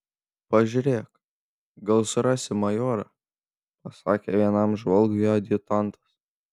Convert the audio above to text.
pažiūrėk gal surasi majorą pasakė vienam žvalgui adjutantas